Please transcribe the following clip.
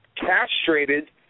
castrated